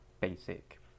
basic